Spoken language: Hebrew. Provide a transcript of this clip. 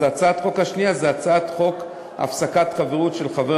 אז הצעת החוק השנייה היא הצעת חוק הפסקת חברות של חבר